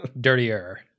dirtier